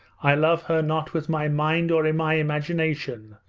i love her not with my mind or my imagination,